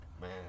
Man